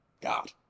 god